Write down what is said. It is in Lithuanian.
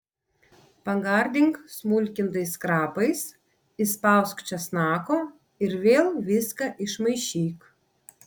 pagardink smulkintais krapais įspausk česnako ir vėl viską išmaišyk